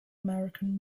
american